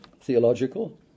theological